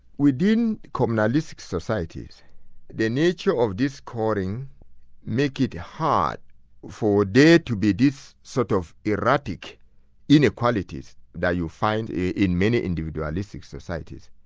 within communalistic societies the nature of this calling makes it hard for there to be these sort of erratic inequalities that you find in many individualistic societies.